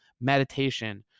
meditation